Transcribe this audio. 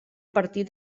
partir